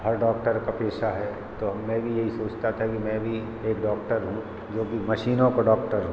हर doctor का पेशा है तो मैं भी यही सोचता था कि मैं भी एक डॉक्टर हूँ जाेकि मशीनों का डॉक्टर हूँ